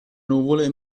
nuvole